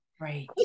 right